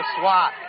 swat